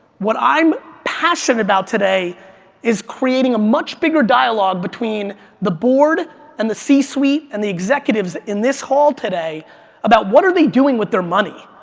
what i'm passionate about today is creating a much bigger dialogue between the board and the c-suite and the executives in this hall today about what are they doing with their money.